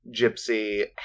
Gypsy